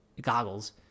goggles